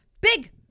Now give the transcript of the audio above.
Big